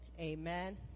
amen